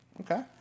okay